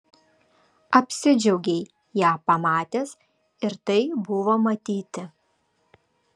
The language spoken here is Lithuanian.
apsidžiaugei ją pamatęs ir tai buvo matyti